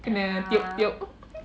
kena tiup-tiup